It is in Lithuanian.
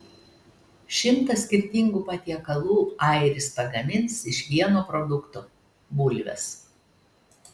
šimtą skirtingų patiekalų airis pagamins iš vieno produkto bulvės